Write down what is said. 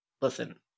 listen